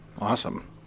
Awesome